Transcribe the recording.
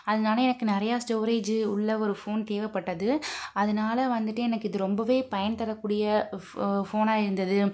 அதனால எனக்கு நிறையா ஸ்டோரேஜு உள்ள ஒரு ஃபோன் தேவைப்பட்டது அதனால வந்துட்டு எனக்கு இது ரொம்பவே பயன் தரக்கூடிய ஃபோ ஃபோனாக இருந்தது